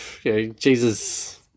Jesus